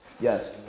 yes